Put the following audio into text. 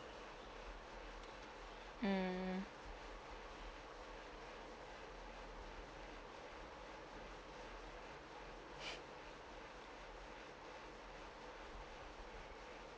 mm